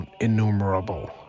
innumerable